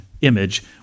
image